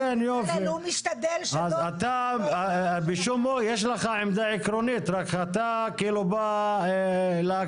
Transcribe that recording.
אבל הוא משתדל --- יש לך עמדה עקרונית אבל אתה בא להקשות.